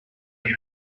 them